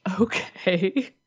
okay